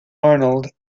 arnold